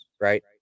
right